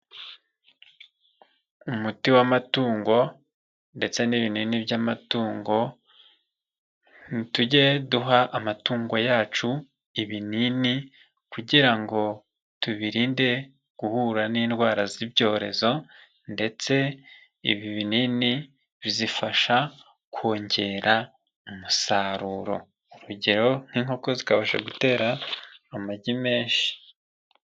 Umuti w'amatungo ndetse n'ibinini by'amatungo, tujye duha amatungo yacu ibinini kugira ngo tubirinde guhura n'indwara z'ibyorezo, ndetse ibi binini bizifasha kongera umusaruro, urugero nk'inkoko zikabasha gutera amagi menshi.